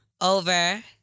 over